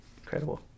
Incredible